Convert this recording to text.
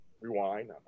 rewind